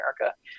america